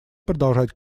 продолжать